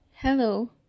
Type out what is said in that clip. hello